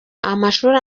amashuri